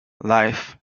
life